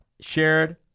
Shared